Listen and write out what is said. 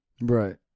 Right